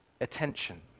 attention